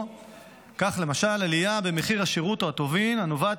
כך למשל עלייה במחיר השירות או הטובין הנובעת